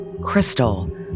Crystal